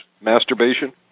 masturbation